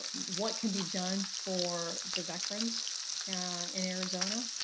what can be done for the veterans in arizona.